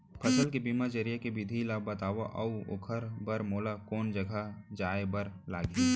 फसल के बीमा जरिए के विधि ला बतावव अऊ ओखर बर मोला कोन जगह जाए बर लागही?